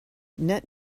net